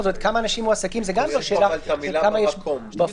כמה אנשים מועסקים זו לא שאלה, אלא כמה יש בפועל.